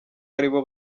aribo